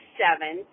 seven